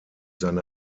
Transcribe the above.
seine